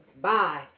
bye